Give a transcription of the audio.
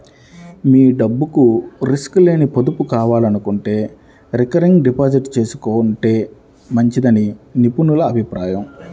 మీ డబ్బుకు రిస్క్ లేని పొదుపు కావాలనుకుంటే రికరింగ్ డిపాజిట్ చేసుకుంటే మంచిదని నిపుణుల అభిప్రాయం